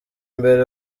mbere